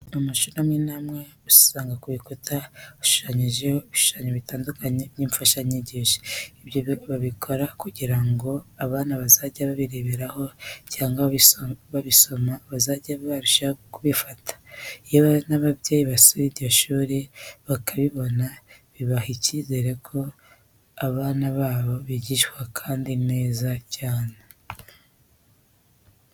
Amashuri amwe n'amwe usanga kubikuta hashushanyijeho ibishushanyo bitandukanye by'imfashanyigisho, ibyo babikora kugira ngo abana bazajya babirebaho cyangwa babisoma bajye barushaho kubifata. Iyo n'ababyeyi basuye iryo shuri bakabibona bibaha icyizere ko abana babo bijyishwa kandi neza cyane.